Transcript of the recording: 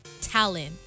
talent